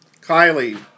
Kylie